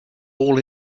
all